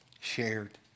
shared